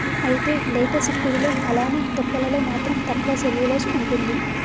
అయితే లేత సిక్కుడులో అలానే తొక్కలలో మాత్రం తక్కువ సెల్యులోస్ ఉంటుంది